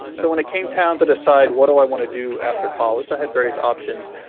so when it came down to decide what do i want to do after college, i had various options.